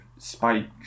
spike